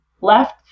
left